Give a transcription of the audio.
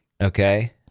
Okay